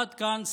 עד כאן.